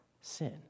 sin